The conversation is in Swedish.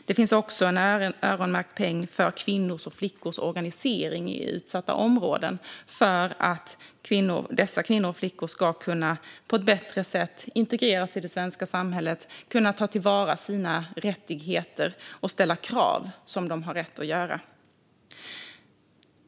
Det finns även en öronmärkt peng för kvinnors och flickors organisering i utsatta områden för att dessa kvinnor och flickor ska kunna integreras bättre i det svenska samhället, kunna ta till vara sina rättigheter och kunna ställa de krav de har rätt att ställa.